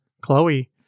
Chloe